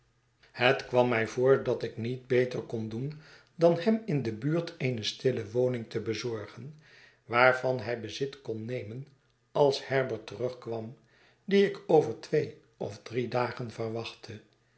bet kwam mij voor dat ik niet beter kon doen dan hem in de buurt eene stilie woning te bezorgen waarvan hij bezit kon nemen als herbert terugkwam dien ik over twee of drie dagen verwachtte